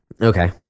okay